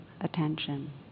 attention